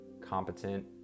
competent